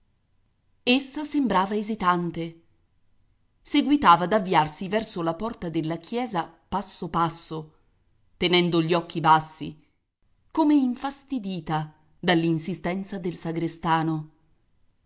essa sembrava esitante seguitava ad avviarsi verso la porta della chiesa passo passo tenendo gli occhi bassi come infastidita dall'insistenza del sagrestano